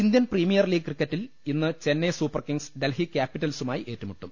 Indian Premier League ക്രിക്കറ്റിൽ ഇന്ന് Chennai Super Kings Delhi ക്യാപ്പിറ്റൽസുമായി ഏറ്റുമുട്ടും